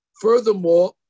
Furthermore